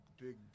Big